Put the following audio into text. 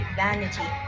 vanity